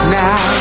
now